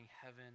heaven